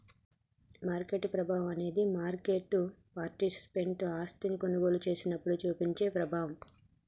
market ప్రభావం అనేది market participant ఆస్తిని కొనుగోలు చేసినప్పుడు చూపే ప్రభావం